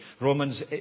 Romans